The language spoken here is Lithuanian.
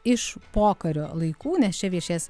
iš pokario laikų nes čia viešės